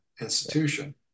institution